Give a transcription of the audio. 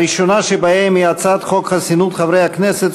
הראשונה שבהן היא הצעת חוק חסינות חברי הכנסת,